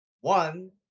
one